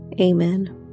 Amen